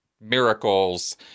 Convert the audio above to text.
miracles